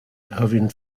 erwin